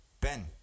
Ben